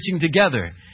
together